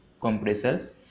compressors